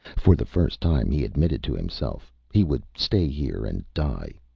for the first time, he admitted to himself he would stay here and die.